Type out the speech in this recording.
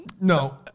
no